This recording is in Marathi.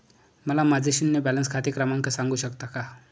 मला माझे शून्य बॅलन्स खाते क्रमांक सांगू शकता का?